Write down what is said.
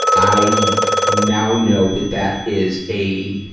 i now know that that is a,